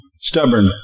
stubborn